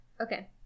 Okay